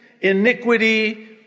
iniquity